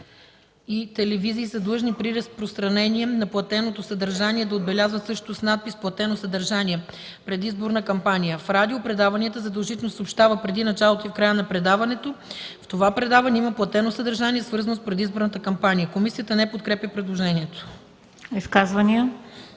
и телевизии са длъжни при разпространение на платеното съдържание да отбелязват същото с надпис „Платено съдържание. Предизборна кампания.” В радио предаванията задължително се съобщава преди началото и в края на предаването: „В това предаване има платено съдържание, свързано с предизборната кампания.” Комисията не подкрепя предложението. ПРЕДСЕДАТЕЛ